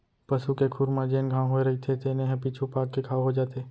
पसू के खुर म जेन घांव होए रइथे तेने ह पीछू पाक के घाव हो जाथे